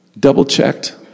double-checked